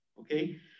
okay